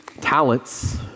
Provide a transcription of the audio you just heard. talents